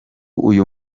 uyu